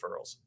referrals